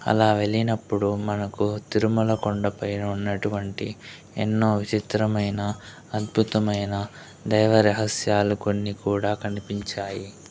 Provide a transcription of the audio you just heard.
అలా వెళ్ళినప్పుడు మనకు తిరుమల కొండపై ఉన్నటువంటి ఎన్నో విచిత్రమైన అద్భుతమైన దేవ రహస్యాలు కొన్ని కూడా కనిపించాయి